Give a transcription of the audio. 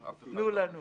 אף אחד לא מושלם.